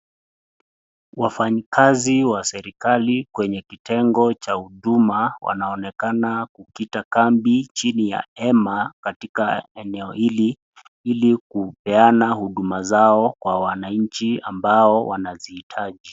Wafanyikazi wa serikali kwenye kitengo cha huduma wanaonekana kukita kambi chini ya hema katika eneo hili ili kupeana huduma zao kwa wananchi ambao wanazihitaji.